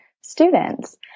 students